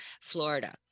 Florida